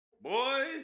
Boy